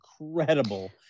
incredible